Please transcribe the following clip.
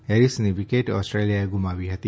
હેરીસની wicket ઓસ્ટ્રેલિયાએ ગુમાવી હતી